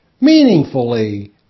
meaningfully